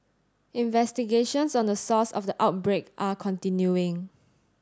investigations on the source of the outbreak are continuing